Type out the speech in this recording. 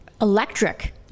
electric